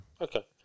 Okay